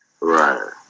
Right